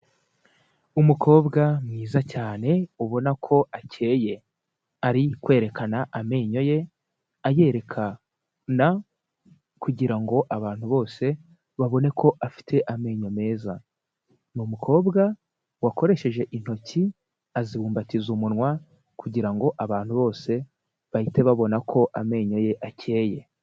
Umukobwa mwiza cyane ubona ko akeye, ari kwerekana amenyo ye, ayerekana kugira ngo abantu bose babone ko afite amenyo meza, ni umukobwa wakoresheje intoki, azibumbatiza umunwa kugira ngo abantu bose bahite babona ko amenyo ye akeye.